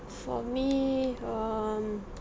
for me um